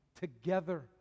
together